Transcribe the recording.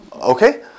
Okay